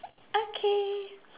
okay